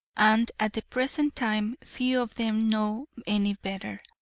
and at the present time few of them know any better.